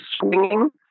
swinging